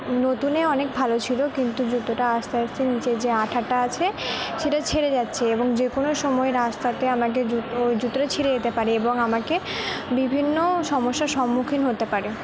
নতুনে অনেক ভালো ছিল কিন্তু জুতোটা আস্তে আস্তে নীচের যে আঁঠাটা আছে সেটা ছিঁড়ে যাচ্ছে এবং যে কোনো সময় রাস্তাতে আমাকে জুতো ওই জুতোটা ছিঁড়ে যেতে পারে এবং আমাকে বিভিন্ন সমস্যার সম্মুখীন হতে পারে